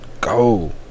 go